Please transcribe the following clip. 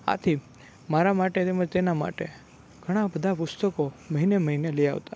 આથી મારા માટે તેમજ તેના માટે ઘણાં બધા પુસ્તકો મહિને મહિને લઈ આવતા